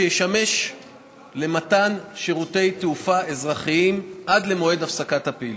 שישמש למתן שירותי תעופה אזרחיים עד למועד הפסקת הפעילות.